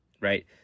right